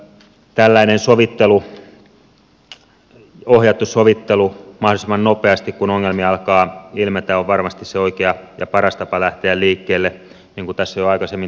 tällainen sovittelu ohjattu sovittelu mahdollisimman nopeasti kun ongelmia alkaa ilmetä on varmasti se oikea ja paras tapa lähteä liikkeelle niin kuin tässä jo aikaisemmin on todettu